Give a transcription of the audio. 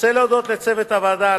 רוצה להודות לצוות הוועדה,